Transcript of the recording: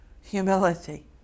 Humility